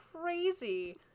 crazy